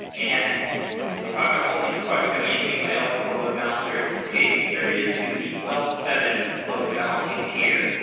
and if i've got all these requests coming in hitting my l four load balancer, it's getting distributed to the l seven load-balancing tier.